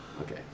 Okay